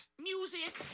Music